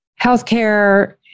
healthcare